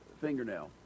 fingernail